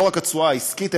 לא רק התשואה העסקית,